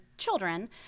children